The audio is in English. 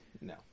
no